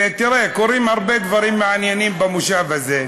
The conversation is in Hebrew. תראה, קורים הרבה דברים מעניינים במושב הזה,